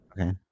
Okay